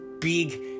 big